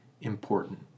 important